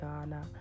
Ghana